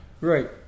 Right